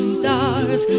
stars